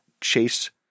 chase